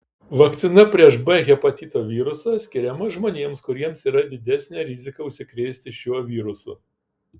vakcina prieš b hepatito virusą skiriama žmonėms kuriems yra didesnė rizika užsikrėsti šiuo virusu